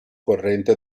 corrente